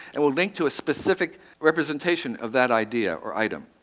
and will link to a specific representation of that idea or item.